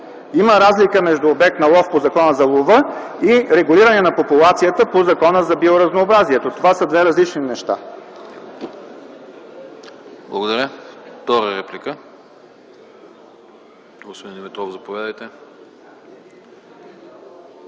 Има разлика между обект на лов по Закона за лова, или регулиране на популацията по Закона за биоразнообразието. Това са две различни неща.